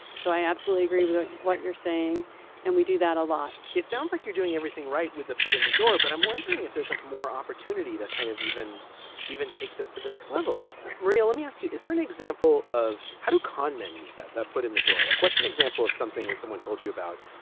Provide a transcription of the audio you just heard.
so i absolutely agree with what you're saying and we do that a lot it sounds like you're doing everything right with a foot in the door, but i'm wondering if there's like more opportunity to kind of even even take this to the next level. real. let me ask you, is there an example of how to con men use that that foot in the door? like what's an example of something that someone told you about?